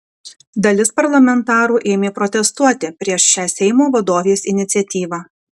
dalis parlamentarų ėmė protestuoti prieš šią seimo vadovės iniciatyvą